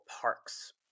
parks